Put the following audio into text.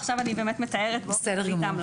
עכשיו אני באמת מתארת פה את ההמלצות,